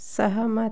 सहमत